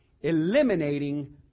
eliminating